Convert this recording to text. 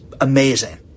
amazing